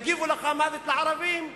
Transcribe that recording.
הגיבו לך "מוות לערבים",